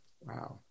Wow